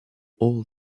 all